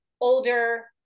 older